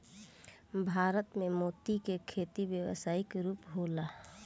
भारत में मोती के खेती व्यावसायिक रूप होला